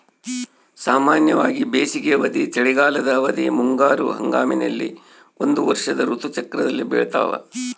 ಸಾಮಾನ್ಯವಾಗಿ ಬೇಸಿಗೆ ಅವಧಿ, ಚಳಿಗಾಲದ ಅವಧಿ, ಮುಂಗಾರು ಹಂಗಾಮಿನಲ್ಲಿ ಒಂದು ವರ್ಷದ ಋತು ಚಕ್ರದಲ್ಲಿ ಬೆಳ್ತಾವ